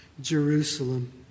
Jerusalem